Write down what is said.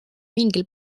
mingil